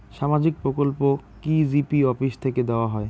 সামাজিক প্রকল্প কি জি.পি অফিস থেকে দেওয়া হয়?